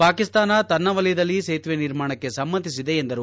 ಪಾಕಿಸ್ತಾನ ತನ್ನ ವಲಯದಲ್ಲಿ ಸೇತುವೆ ನಿರ್ಮಾಣಕ್ಕೆ ಸಮ್ನತಿಸಿದೆ ಎಂದರು